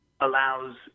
allows